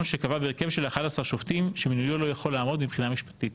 שקבע בהרכב של 11 שופטים שמינויו לא יכול לעמוד מבחינה משפטית.